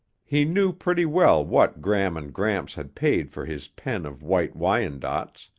he knew pretty well what gram and gramps had paid for his pen of white wyandottes,